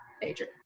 major